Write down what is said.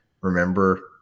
remember